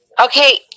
Okay